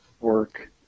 work